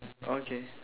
okay